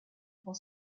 pour